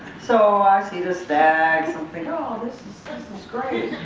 so i see the stacks and think oh this is great,